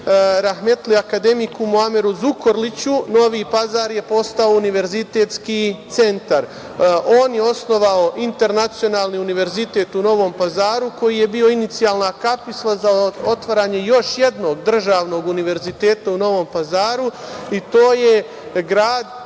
rahmetli akademiku Muameru Zukorliću Novi Pazar je postao univerzitetski centar. On je osnovao Internacionalni univerzitet u Novom Pazaru koji je bio inicijalna kapisla za otvaranje još jednog državnog univerziteta u Novom Pazaru i to je grad